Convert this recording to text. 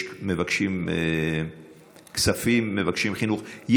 יש מבקשים כספים ויש חינוך,